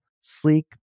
sleek